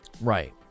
Right